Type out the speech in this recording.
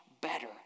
better